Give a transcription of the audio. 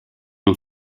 een